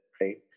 right